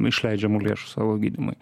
išleidžiamų lėšų savo gydymui